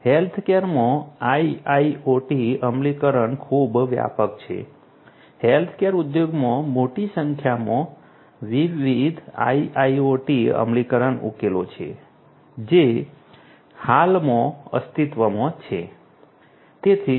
હેલ્થકેરમાં IIoT અમલીકરણ ખૂબ વ્યાપક છે હેલ્થકેર ઉદ્યોગમાં મોટી સંખ્યામાં વિવિધ IIoT અમલીકરણ ઉકેલો છે જે હાલમાં અસ્તિત્વમાં છે